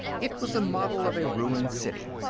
it was a model of a ruined city.